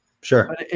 sure